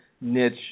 niche